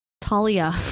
Talia